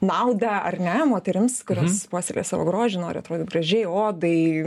naudą ar ne moterims kurios puoselėja savo grožį nori atrodyt gražiai odai